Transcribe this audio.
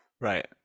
Right